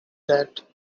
that